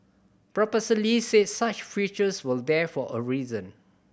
Professor Lee said such features were there for a reason